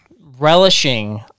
relishing